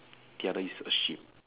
the other is a sheep